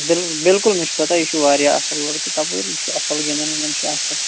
بِلکُل بِلکُل مےٚ چھِ پَتاہ یہِ چھُ واریاہ اصٕل لٔڑکہٕ تَپٲری چھُ اصٕل گِنٛدان وِنٛدان یہِ چھُ اصٕل